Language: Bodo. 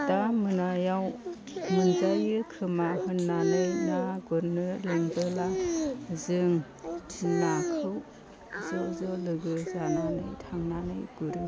दा मोनायाव मोनजायो खोमा होननानै ना गुरनो लिंबोला जों नाखौ ज' ज' लोगो जानानै थांनानै गुरो